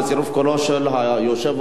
ובצירוף קולו של היושב-ראש,